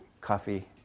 coffee